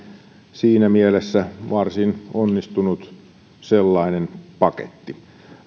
siinä mielessä varsin onnistunut sellainen paketti